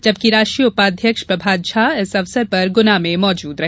जबकि राष्ट्रीय उपाध्यक्ष प्रभात झा इस अवसर पर गुना में मौजूद रहे